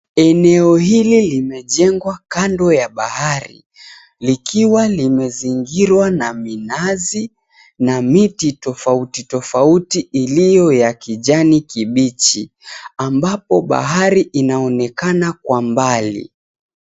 Eneo hili limejengwa kando ya bahari. Likiwa limezingirwa na minazi na miti tofauti tofauti iliyo ya kijani kibichi, ambapo bahari inaonekana kwa mbali.